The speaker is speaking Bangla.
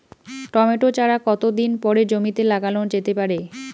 টমেটো চারা কতো দিন পরে জমিতে লাগানো যেতে পারে?